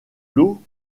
l’eau